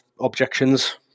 objections